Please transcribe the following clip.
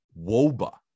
woba